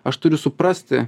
aš turiu suprasti